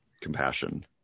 compassion